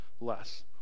less